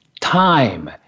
time